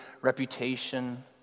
reputation